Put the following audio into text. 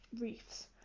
reefs